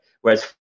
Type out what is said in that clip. whereas